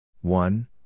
One